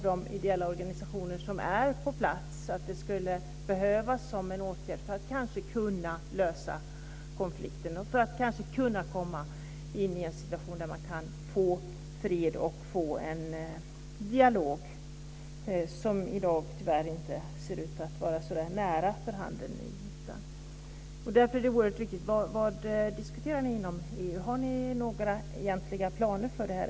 De ideella organisationer som är på plats har framfört att det skulle behövas som en åtgärd för en lösning av konflikten, för att få fred och för att skapa en dialog, något som i dag tyvärr inte ser ut att vara så nära för handen. Vad diskuterar ni inom EU? Har ni några egentliga planer?